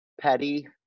petty